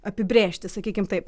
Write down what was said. apibrėžti sakykim taip